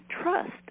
trust